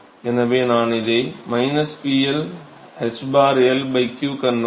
எனவே நான் இதை PL ħ L q convection